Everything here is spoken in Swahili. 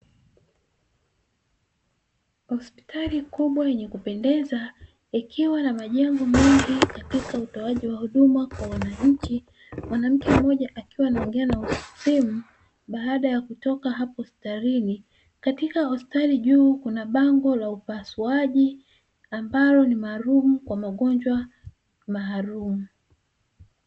Hospitali kubwa yenye kupendeza, ikiwa na majengo mengi katika utoaji wa huduma kwa wananchi, mwanamke mmoja akiwa anaongea na simu baada ya kutoka hapo hospitalini, katika hospitali juu kuna bango la upasuaji, ambalo ni maalumu kwa magonjwa maalumu.